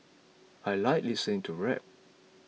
I like listening to rap